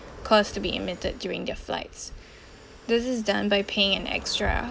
cause to be emitted during their flights this is done by paying an extra